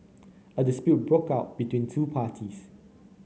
a dispute broke out between two parties